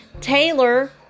Taylor